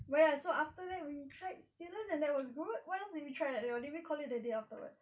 ya so after that we tried steelers and that was good what else did we try that day or did we call it a day afterwards